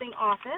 office